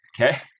Okay